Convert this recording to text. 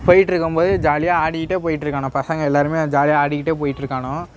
போயிட்டிருக்கும்போது ஜாலியாக ஆடிக்கிட்டே போய்விட்டு இருக்கானோ பசங்கள் எல்லாேருமே ஜாலியாக ஆடிக்கிட்டே போயிட்டிருக்கானோ